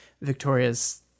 Victoria's